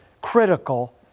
critical